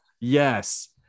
Yes